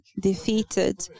defeated